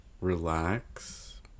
relax